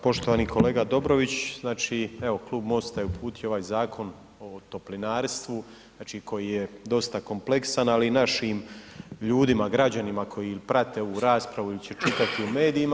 Poštovani kolega Dobrović, znači evo Klub MOST-a je uputio ovaj Zakon o toplinarstvu, znači koji je dosta kompleksan ali i našim ljudima građanima koji prate ovu raspravu il će čitati u medijima.